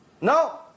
No